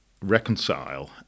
reconcile